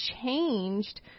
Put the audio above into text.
changed